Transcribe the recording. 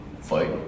Fight